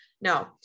No